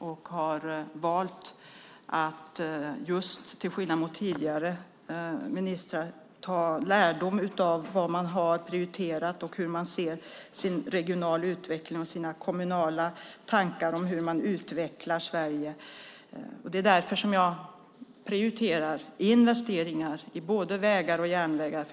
Jag har valt att till skillnad från tidigare ministrar ta lärdom av vad man har prioriterat och hur man ser på den regionala och kommunala utvecklingen och utvecklingen av Sverige. Därför prioriterar jag investeringar i vägar och järnvägar.